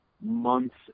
months